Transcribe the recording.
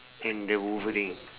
and the wolverine